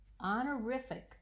honorific